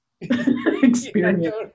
experience